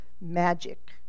magic